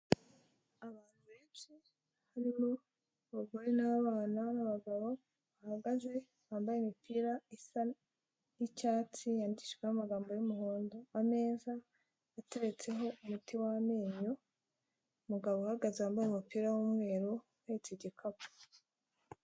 Abantu benshi harimo abagore n'abana n'abagabo, bahagaze hanze bambaye imipira isa y'icyatsi yandishiweho amagambo y'umuhondo, ameza ateretseho umuti w'amenyo, umugabo uhagaze wambaye umupira w'umweru uhetse igikapu.